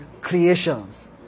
creations